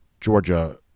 Georgia